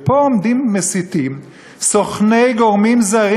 ופה עומדים ומסיתים סוכני גורמים זרים